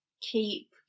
keep